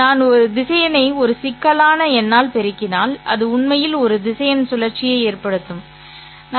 நான் ஒரு திசையனை ஒரு சிக்கலான எண்ணால் பெருக்கினால் அது உண்மையில் ஒரு திசையன் சுழற்சியை ஏற்படுத்தும் சரி